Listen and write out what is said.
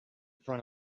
front